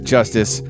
Justice